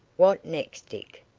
what next, dick?